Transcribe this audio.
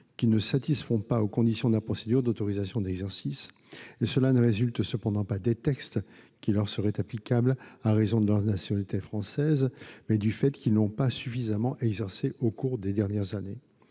qui ne satisfont pas aux conditions de la procédure d'autorisation d'exercice : cela résulte cependant non pas des textes qui leur seraient applicables à raison de leur nationalité française, mais du fait qu'ils n'ont pas suffisamment exercé au cours des dernières années.